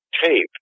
tape